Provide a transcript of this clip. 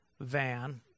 van